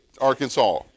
Arkansas